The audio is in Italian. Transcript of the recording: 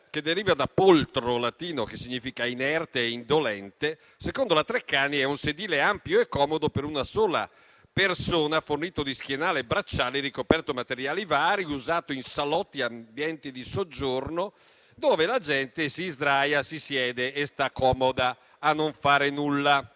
deriva dal latino *poltro*, che significa inerte, indolente. La poltrona, secondo la Treccani, è un sedile ampio e comodo, per una sola persona, fornito di schienale e bracciali, ricoperto di materiali vari, usato in salotti e ambienti di soggiorno, dove la gente si sdraia, si siede e sta comoda a non fare nulla.